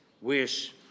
wish